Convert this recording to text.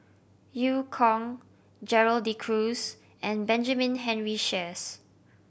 Eu Kong Gerald De Cruz and Benjamin Henry Sheares